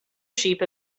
sheep